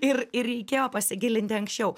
ir ir reikėjo pasigilinti anksčiau